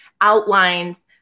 outlines